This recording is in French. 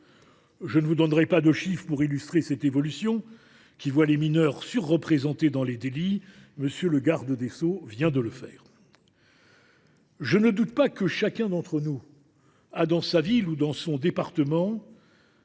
Je ne vous donnerai pas de chiffres pour illustrer cette évolution qui voit les mineurs surreprésentés dans les délits ; M. le garde des sceaux vient de le faire. Je ne doute pas, du reste, que chacun d’entre nous a dans sa ville ou dans son département